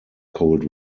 cold